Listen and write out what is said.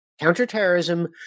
Counterterrorism